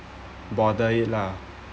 bother it lah